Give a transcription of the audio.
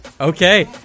Okay